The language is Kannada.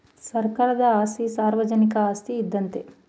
ಸರ್ಕಾರದ ಆಸ್ತಿ ಸಾರ್ವಜನಿಕ ಆಸ್ತಿ ಇದ್ದಂತೆ